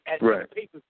Right